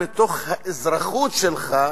מתוך האזרחות שלך,